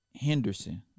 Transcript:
henderson